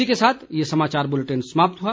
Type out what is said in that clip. इसी के साथ ये समाचार बुलेटिन समाप्त हुआ